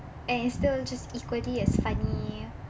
and it's still just equally as funny